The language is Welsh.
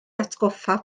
atgoffa